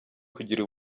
kugira